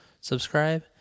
subscribe